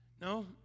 No